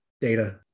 Data